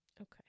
Okay